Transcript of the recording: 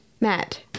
Matt